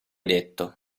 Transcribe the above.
detto